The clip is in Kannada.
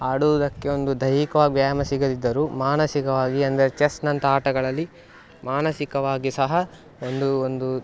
ಆಡುವುದಕ್ಕೆ ಒಂದು ದೈಹಿಕವಾಗಿ ವ್ಯಾಯಾಮ ಸಿಗದಿದ್ದರೂ ಮಾನಸಿಕವಾಗಿ ಅಂದರೆ ಚೆಸ್ನಂಥ ಆಟಗಳಲ್ಲಿ ಮಾನಸಿಕವಾಗಿ ಸಹ ಒಂದು ಒಂದು